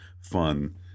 fun